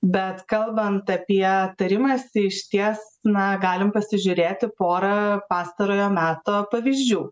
bet kalbant apie tarimąsi išties na galim pasižiūrėti porą pastarojo meto pavyzdžių